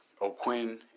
O'Quinn